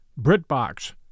BritBox